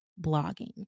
blogging